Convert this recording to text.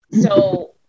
So-